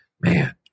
man